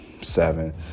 seven